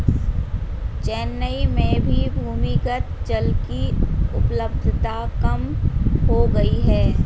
चेन्नई में भी भूमिगत जल की उपलब्धता कम हो गई है